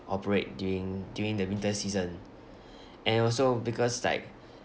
operate during during the winter season and also because like